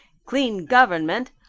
clean government!